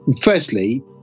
firstly